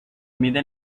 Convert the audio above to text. mide